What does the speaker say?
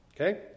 Okay